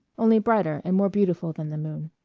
only brighter and more beautiful than the moon.